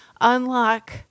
unlock